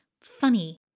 funny